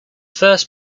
first